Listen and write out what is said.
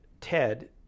Ted